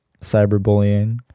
cyberbullying